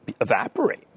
evaporate